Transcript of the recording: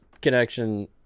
connection